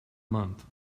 month